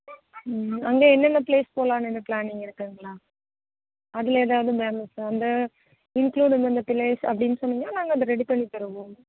அங்கே என்னன்ன ப்ளேஸ் போகலாம்னு ஏதாவது பிளானிங் இருக்குதுங்களா அதில் ஏதாவது மேம் இப்போ வந்து இன்க்ளூட் இந்தந்த பிளேஸ் அப்படினு சொன்னிங்கனால் நாங்கள் அதை ரெடி பண்ணித்தருவோம்